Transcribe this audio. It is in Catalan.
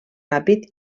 ràpid